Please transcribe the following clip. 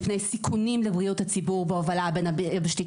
שספינות ההובלה של המקנה הן ספינות